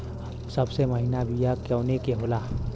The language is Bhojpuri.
सबसे महीन बिया कवने के होला?